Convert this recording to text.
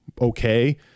okay